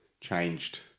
changed